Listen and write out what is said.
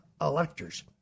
electors